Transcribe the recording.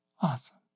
Awesome